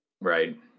Right